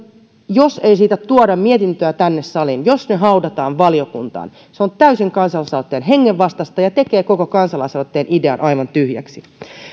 jos ei siitä tuoda mietintöä tänne saliin jos se haudataan valiokuntaan se on täysin kansalaisaloitteen hengen vastaista ja tekee koko kansalaisaloitteen idean aivan tyhjäksi